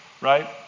right